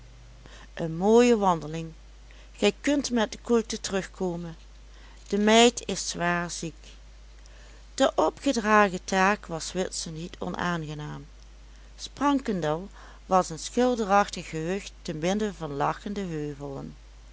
een mooie wandeling gij kunt met de koelte terugkomen de meid is zwaar ziek de opgedragen taak was witse niet onaangenaam sprankendel was een schilderachtig gehucht te midden van lachende heuvelen